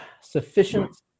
sufficient